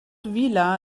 vila